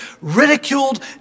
ridiculed